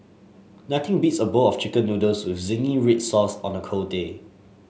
nothing beats a bowl of chicken noodles with zingy red sauce on a cold day